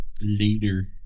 later